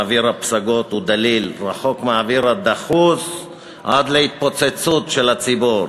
ואוויר הפסגות הוא דליל ורחוק מהאוויר הדחוס עד להתפוצצות של הציבור.